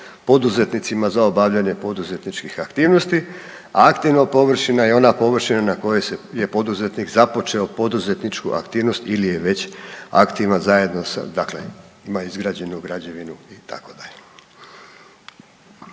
poduzetnicima za obavljanje poduzetničkih aktivnosti, a aktivna površina je ona površina na kojoj je poduzetnik započeo poduzetničku aktivnost ili je već aktivna zajedno sa dakle ima izgrađenu izgrađenu građevinu